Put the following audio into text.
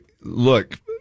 look